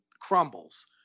crumbles